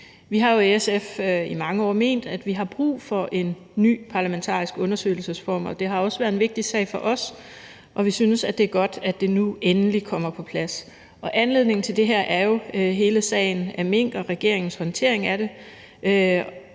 Vi har jo i SF i mange år ment, at vi har brug for en ny parlamentarisk undersøgelsesform, og det har også været en vigtig sag for os, og vi synes, det er godt, at det nu endelig kommer på plads. Anledningen til det her er jo hele sagen om mink og regeringens håndtering af den,